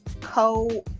co